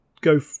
go